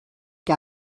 que